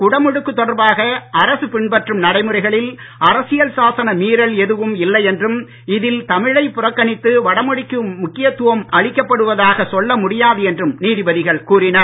குடமுழுக்கு தொடர்பாக அரசு பின்பற்றும் நடைமுறைகளில் அரசியல் சாசன மீறல் எதுவும் இல்லை என்றும் இதில் தமிழைப் புறக்கணித்து வடமொழிக்கு முக்கியத்துவம் அளிக்கப் படுவதாக சொல்ல முடியாது என்றும் நீதிபதிகள் கூறினர்